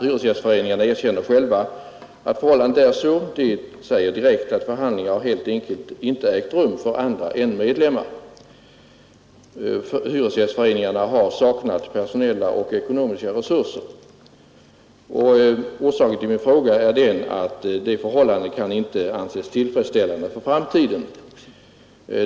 Hyresgästföreningarna erkänner själva att det förhåller sig så. De säger direkt att förhandlingar helt enkelt inte ägt rum för andra än medlemmar. Hyresgästföreningarna har saknat personella och ekonomiska resurser för detta. Orsaken till min fråga är den att detta inte kan anses tillfredsställande för framtiden.